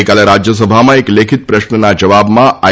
ગઈકાલે રાજ્યસભામાં એક લેખિત પ્રશ્નના જવાબમાં આઈ